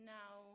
now